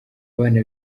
abana